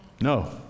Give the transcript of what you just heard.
No